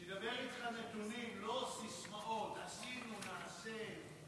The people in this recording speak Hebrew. שידבר איתך נתונים, לא סיסמאות "עשינו", "נעשה".